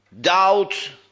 doubt